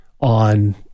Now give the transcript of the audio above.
on